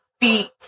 beat